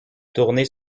tourner